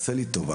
תעשה לי טובה,